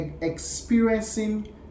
experiencing